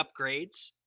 upgrades